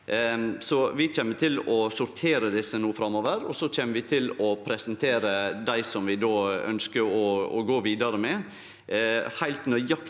Vi kjem til å sortere desse no framover, og så kjem vi til å presentere dei som vi ønskjer å gå vidare med. Heilt nøyaktig